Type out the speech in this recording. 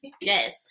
Yes